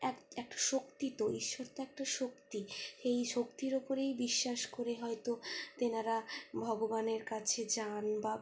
এক একটা শক্তি তো ঈশ্বর তো একটা শক্তি এই শক্তির উপরেই বিশ্বাস করে হয়তো তেনারা ভগবানের কাছে যান বা